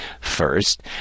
First